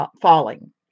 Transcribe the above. falling